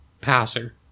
passer